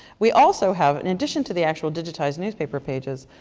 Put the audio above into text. we also have, in addition to the actual digitized newspaper pages,